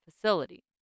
facility